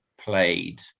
played